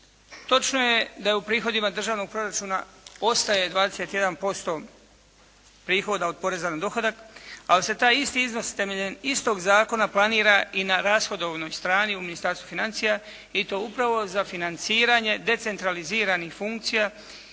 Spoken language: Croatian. Točno je da u prihodima državnog proračuna ostaje 21% prihoda od poreza na dohodak ali se taj isti iznos temeljem istog zakona planira i na rashodovnoj strani u Ministarstvu financija i to upravo za financiranje decentraliziranih funkcija